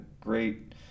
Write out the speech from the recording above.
great